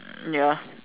ya